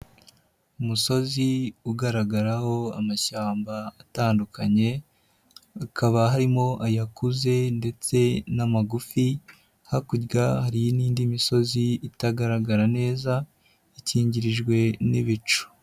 Umusozi ugaragaraho amashyamba atandukanye hakaba harimo ayakuze ndetse n'amagufi, hakurya hari n'indi misozi itagaragara neza ikingirijwe n'ibicu.